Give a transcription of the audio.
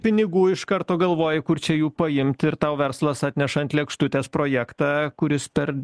pinigų iš karto galvoji kur čia jų paimt ir tau verslas atneša ant lėkštutės projektą kuris per